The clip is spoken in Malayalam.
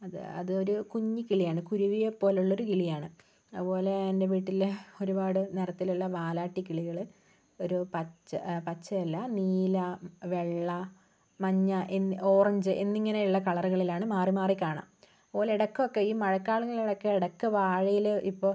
അത് അതൊരു കുഞ്ഞു കിളിയാണ് കുരുവിയെ പോലുള്ളൊരു കിളിയാണ് അതുപോലെ എൻ്റെ വീട്ടിൽ ഒരുപാട് നിറത്തിലുള്ള വാലാട്ടി കിളികൾ ഒരു പച്ച പച്ചയല്ല നീല വെള്ള മഞ്ഞ എന്നീ ഓറഞ്ച് എന്നിങ്ങനെയുള്ള കളറുകളിലാണ് മാറിമാറി കാണാം അതുപോലെ ഇടയ്ക്കൊക്കെ ഈ മഴക്കാലങ്ങളിലൊക്കെ ഇടയ്ക്ക് വാഴയില ഇപ്പോൾ